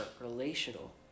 relational